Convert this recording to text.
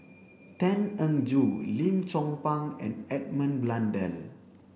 Tan Eng Joo Lim Chong Pang and Edmund Blundell